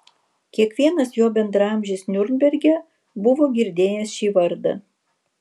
kiekvienas jo bendraamžis niurnberge buvo girdėjęs šį vardą